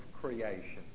creation